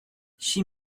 she